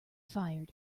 fired